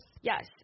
Yes